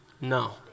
no